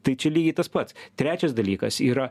tai čia lygiai tas pats trečias dalykas yra